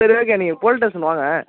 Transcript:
சரி ஓகே நீங்கள் police station வாங்க